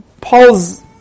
pauls